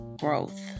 growth